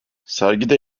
sergide